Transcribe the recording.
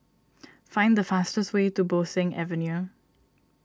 find the fastest way to Bo Seng Avenue